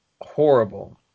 horrible